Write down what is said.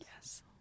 yes